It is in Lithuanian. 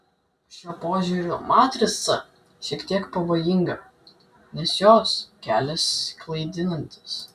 šiuo požiūriu matrica šiek tiek pavojinga nes jos kelias klaidinantis